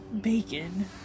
Bacon